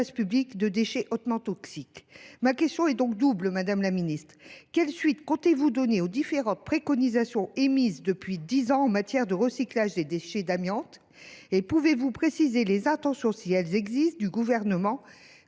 public de déchets hautement toxiques. Ma question est donc double, madame la secrétaire d’État : quelles suites comptez vous donner aux différentes préconisations émises depuis dix ans en matière de recyclage des déchets d’amiante ? Pouvez vous préciser les intentions du Gouvernement,